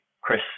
Chris